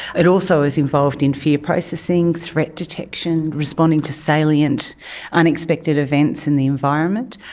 it also is involved in fear processing, threat detection, responding to salient unexpected events in the environment.